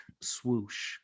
swoosh